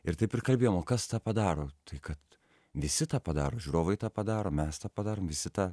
ir taip ir kalbėjom o kas tą padaro tai kad visi tą padaro žiūrovai tą padaro mes tą padarom visi tą